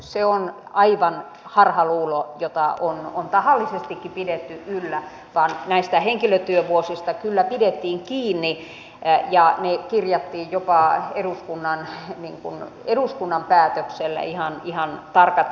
se on aivan harhaluulo jota on tahallisestikin pidetty yllä vaan näistä henkilötyövuosista kyllä pidettiin kiinni ja jopa eduskunnan päätöksellä kirjattiin ihan tarkat henkilötyövuosimäärät